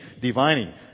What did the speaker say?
divining